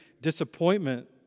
disappointment